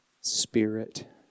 Spirit